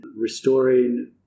restoring